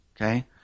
Okay